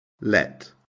let